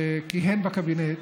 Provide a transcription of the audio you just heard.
שכיהן בקבינט